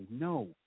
no